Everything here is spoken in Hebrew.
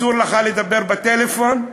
אסור לך לדבר בטלפון,